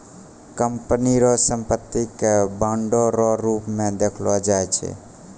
company रो संपत्ति के बांडो रो रूप मे देखलो जाय छै